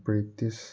British